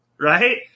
right